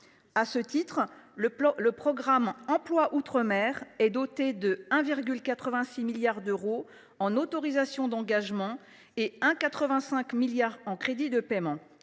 À cette fin, le programme « Emploi outre mer » est doté de 1,86 milliard d’euros en autorisations d’engagement et de 1,85 milliard d’euros en crédits de paiement.